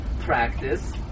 practice